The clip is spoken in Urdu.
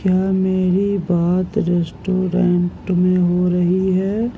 کیا میری بات ریسٹورینٹ میں ہو رہی ہے